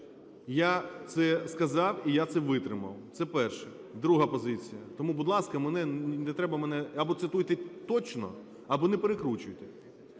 Я це сказав і я це витримав. Це перше. Друга позиція. Тому, будь ласка, мене, не треба мене… або цитуйте точно, або не перекручуйте.